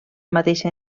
mateixa